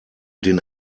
den